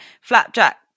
flapjack